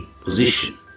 position